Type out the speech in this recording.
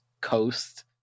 coast